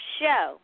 show